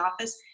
office